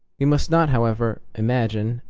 we must not, however, imagine,